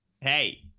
Hey